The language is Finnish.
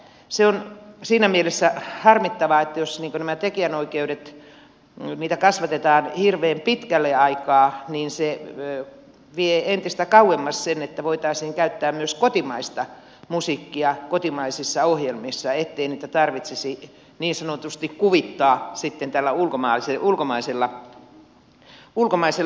se on siinä mielessä harmittavaa että jos näitä tekijänoikeuksia kasvatetaan hirveän pitkälle aikaa niin se vie entistä kauemmas sen että voitaisiin käyttää myös kotimaista musiikkia kotimaisissa ohjelmissa ettei niitä tarvitsisi niin sanotusti kuvittaa sitten tällä ulkomaisella musiikilla